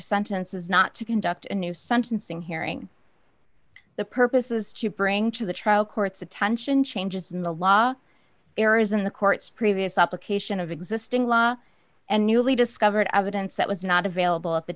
sentence is not to conduct a new sentencing hearing the purpose is to bring to the trial court's attention changes in the law errors in the court's previous up location of existing law and newly discovered evidence that was not available at the